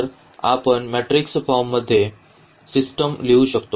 तर आपण मॅट्रिक्स फॉर्ममध्येही सिस्टम लिहू शकतो